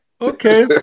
okay